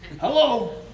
Hello